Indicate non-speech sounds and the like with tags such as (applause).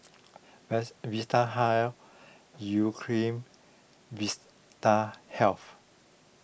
(noise) Vitahealth Urea Cream and Vistahealth